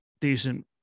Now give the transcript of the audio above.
decent